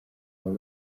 baba